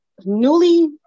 newly